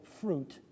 fruit